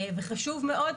זה חשוב מאוד,